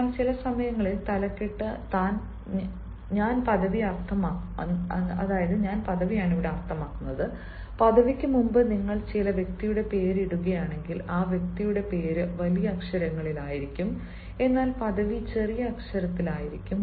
എന്നാൽ ചില സമയങ്ങളിൽ തലക്കെട്ട് ഞാൻ പദവി അർത്ഥമാക്കുന്നു പദവിക്ക് മുമ്പ് നിങ്ങൾ ചില വ്യക്തിയുടെ പേര് ഇടുകയാണെങ്കിൽ ആ വ്യക്തിയുടെ പേര് വലിയ അക്ഷരങ്ങളിൽ ആയിരിക്കും എന്നാൽ പദവി ചെറിയ അക്ഷരത്തിൽ ആയിരിക്കും